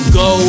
go